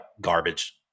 garbage